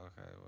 okay